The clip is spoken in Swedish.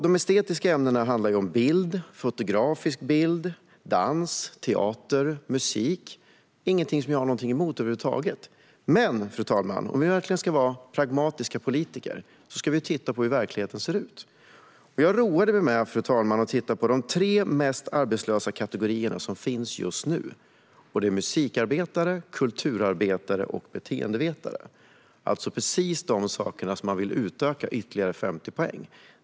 De estetiska ämnena handlar om bild, fotografisk bild, dans, teater och musik - ingenting som jag har någonting emot över huvud taget. Men om vi verkligen ska vara pragmatiska politiker ska vi titta på hur verkligheten ser ut. Jag roade mig, fru talman, med att titta på de tre kategorierna med den högsta arbetslösheten just nu: musiker, kulturarbetare och beteendevetare. Det är alltså precis dessa ämnen som man vill utöka med ytterligare 50 poäng.